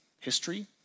history